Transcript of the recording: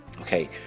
Okay